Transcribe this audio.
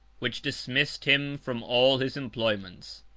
which dismissed him from all his employments.